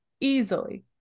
easily